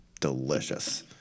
delicious